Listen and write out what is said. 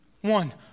One